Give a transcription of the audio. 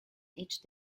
each